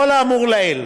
לאור האמור לעיל,